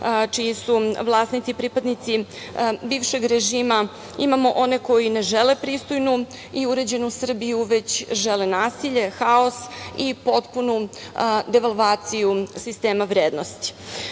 čiji su vlasnici pripadnici bivšeg režima, imamo one koji ne žele pristojnu i uređenu Srbiju, već žele nasilje, haos i potpunu devalvaciju sistema vrednosti.Zašto